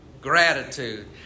gratitude